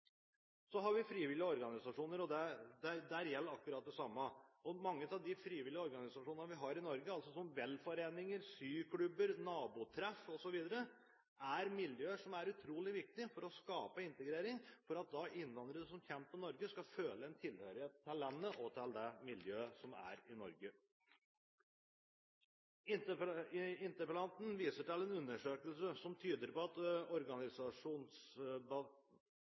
Så har vi frivillige organisasjoner, og der gjelder akkurat det samme. Mange av de frivillige organisasjonene vi har i Norge – som velforeninger, syklubber, nabotreff osv. – er miljøer som er utrolig viktige for å skape integrering, og for at innvandrere som kommer til Norge, skal føle tilhørighet til landet og til det miljøet som er i Norge. Interpellanten viser til en undersøkelse som tyder på at